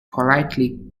polity